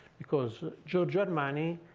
because giorgio armani,